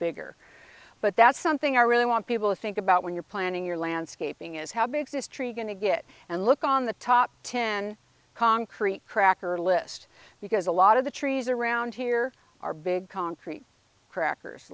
bigger but that's something i really want people to think about when you're planning your landscaping is how big this tree going to get and look on the top ten concrete cracker list because a lot of the trees around here are big concrete crackers